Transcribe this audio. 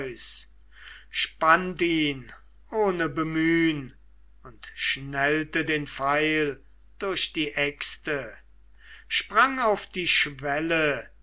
ihn ohne bemühn und schnellte den pfeil durch die äxte sprang auf die schwelle